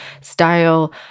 style